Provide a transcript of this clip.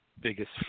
biggest